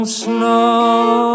snow